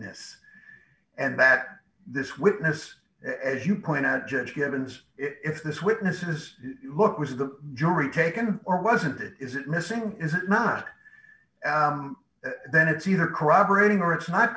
witness and that this witness as you point out judge givens if this witness is look was the jury taken or wasn't it is it missing is it not then it's either corroborating or it's not